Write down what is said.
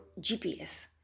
GPS